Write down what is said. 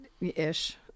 ish